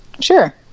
Sure